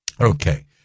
Okay